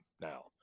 now